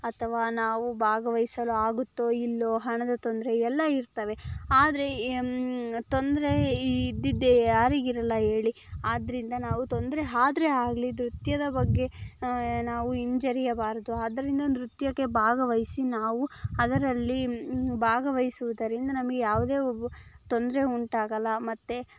ಅಥವಾ ನಾವು ಭಾಗವಹಿಸಲು ಆಗುತ್ತೋ ಇಲ್ಲೋ ಹಣದ ತೊಂದರೆ ಎಲ್ಲ ಇರ್ತವೆ ಆದರೆ ತೊಂದರೆ ಇದ್ದದ್ದೇ ಯಾರಿಗಿರಲ್ಲ ಹೇಳಿ ಆದ್ದರಿಂದ ನಾವು ತೊಂದರೆ ಆದ್ರೆ ಆಗಲಿ ನೃತ್ಯದ ಬಗ್ಗೆ ನಾವು ಹಿಂಜರಿಯಬಾರದು ಆದ್ದರಿಂದ ನೃತ್ಯಕ್ಕೆ ಭಾಗವಹಿಸಿ ನಾವು ಅದರಲ್ಲಿ ಭಾಗವಹಿಸುದರಿಂದ ನಮಗೆ ಯಾವುದೇ ಒಬ್ಬ ತೊಂದರೆ ಉಂಟಾಗಲ್ಲ ಮತ್ತು